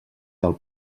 del